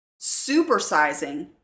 supersizing